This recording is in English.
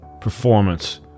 performance